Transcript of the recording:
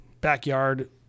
backyard